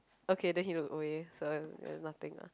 okay then he look away so it was nothing lah